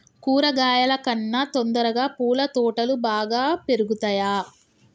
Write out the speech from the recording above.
కూరగాయల కన్నా తొందరగా పూల తోటలు బాగా పెరుగుతయా?